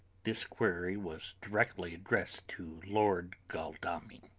this query was directly addressed to lord godalming.